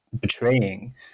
betraying